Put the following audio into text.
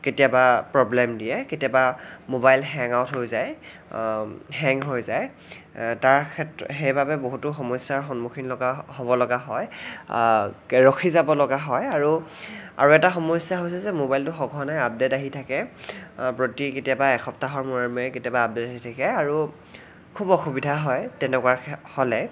কেতিয়াবা প্ৰব্লেম দিয়ে কেতিয়াবা মোবাইল হেংআউট হৈ যায় হেং হৈ যায় তাৰ ক্ষেত্ৰত সেই বাবে বহুতো সমস্যাৰ সন্মুখীন লগা হ'ব লগা হয় ৰখি যাব লগা হয় আৰু আৰু এটা সমস্যা হৈছে যে মোবাইলটো সঘনাই আপডেট আহি থাকে প্ৰতি কেতিয়াবা এসপ্তাহৰ মূৰে মূৰে কেতিয়াবা আপডেট আহি থাকে আৰু খুব অসুবিধা হয় তেনেকুৱা হ'লে